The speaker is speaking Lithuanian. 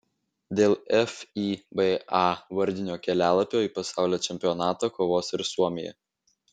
dėl fiba vardinio kelialapio į pasaulio čempionatą kovos ir suomija